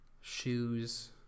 Shoes